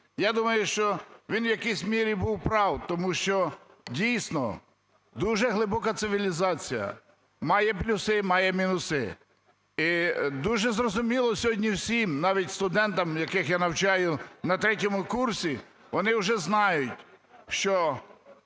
Я думаю, що він у якійсь мірі був прав, тому що, дійсно, дуже глибока цивілізація має плюси і має мінуси. І дуже зрозуміло сьогодні всім, навіть студентам, яких я навчаю, на третьому курсі вони вже знають, що